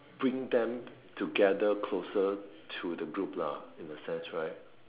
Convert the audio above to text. bring them together closer to the group lah in the sense right